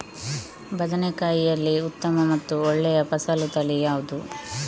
ಬದನೆಕಾಯಿಯಲ್ಲಿ ಉತ್ತಮ ಮತ್ತು ಒಳ್ಳೆಯ ಫಸಲು ತಳಿ ಯಾವ್ದು?